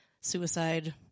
suicide